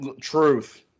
truth